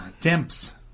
dimps